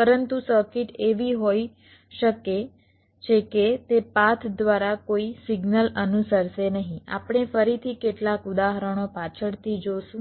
પરંતુ સર્કિટ એવી હોઈ શકે છે કે તે પાથ દ્વારા કોઈ સિગ્નલ અનુસરશે નહીં આપણે ફરીથી કેટલાક ઉદાહરણો પાછળથી જોશું